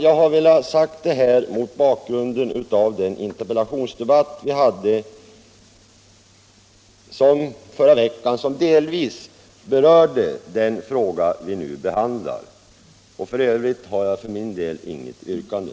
Jag har velat säga detta mot bakgrund av den interpellationsdebatt vi hade förra veckan, som delvis berörde den fråga vi nu behandlar. I övrigt har jag för min del inget yrkande.